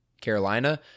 Carolina